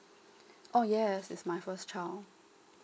oh yes it's my first child